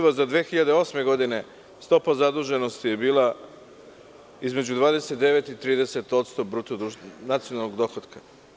vas da je 2008. godine stopa zaduženosti bila između 29% i 30% nacionalnog dohotka.